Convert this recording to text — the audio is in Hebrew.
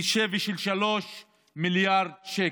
בשווי 3 מיליארד שקל.